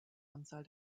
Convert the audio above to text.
anzahl